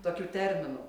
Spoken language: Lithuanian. tokių terminų